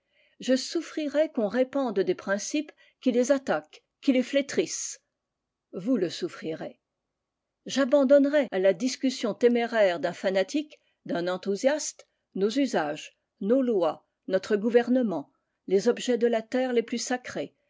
je souffrirai qu'on répande des principes qui les attaquent qui les flétrissent vous le souffrirez j'abandonnerai à la discussion téméraire d'un fanatique d'un enthousiaste nos usages nos lois notre gouvernement les objets de la terre les plus sacrés